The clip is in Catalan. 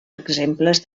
exemples